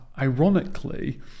ironically